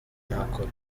nakora